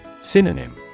Synonym